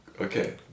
okay